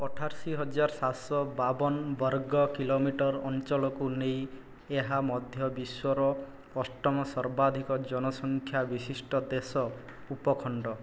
ଅଠାଅଶୀ ହଜାର ସାତଶହ ବାବନ ବର୍ଗ କିଲୋମିଟର ଅଞ୍ଚଳକୁ ନେଇ ଏହା ମଧ୍ୟ ବିଶ୍ୱର ଅଷ୍ଟମ ସର୍ବାଧିକ ଜନସଂଖ୍ୟା ବିଶିଷ୍ଟ ଦେଶ ଉପଖଣ୍ଡ